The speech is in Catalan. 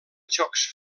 xocs